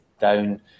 down